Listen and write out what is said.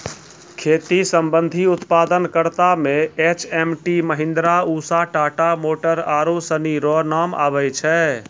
खेती संबंधी उप्तादन करता मे एच.एम.टी, महीन्द्रा, उसा, टाटा मोटर आरु सनी रो नाम आबै छै